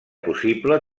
possible